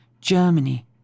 Germany